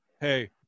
Hey